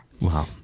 Wow